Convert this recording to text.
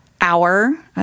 Hour